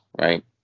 Right